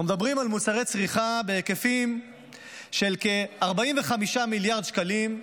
אנו מדברים על מוצרי צריכה בהיקפים של כ-45 מיליארד שקלים,